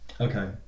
Okay